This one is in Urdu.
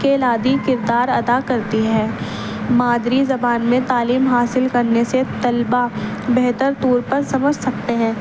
کلیدی کردار ادا کرتی ہے مادری زبان میں تعلیم حاصل کرنے سے طلبا بہتر طور پر سمجھ سکتے ہیں